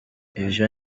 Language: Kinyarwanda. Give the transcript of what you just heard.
ivyo